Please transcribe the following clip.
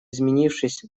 изменившись